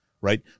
Right